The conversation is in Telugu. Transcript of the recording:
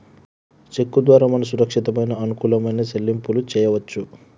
చెక్కు ద్వారా మనం సురక్షితమైన అనుకూలమైన సెల్లింపులు చేయవచ్చు